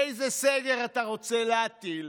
איזה סגר אתה רוצה להטיל?